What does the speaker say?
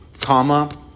comma